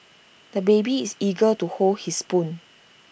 the baby is eager to hold his spoon